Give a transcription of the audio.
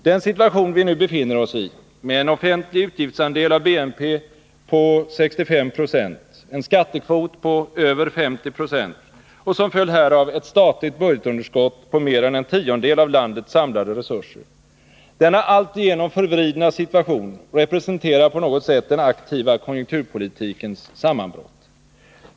Den situation vi nu befinner oss i — med en offentlig utgiftsandelav BNP på 65 20, en skattekvot på över 50 26 och som följd härav ett statligt budgetunderskott på mer än en tiondel av landets samlade resurser —- är alltigenom förvriden och representerar på något sätt den aktiva konjunkturpolitikens sammanbrott.